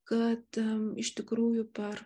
kad iš tikrųjų per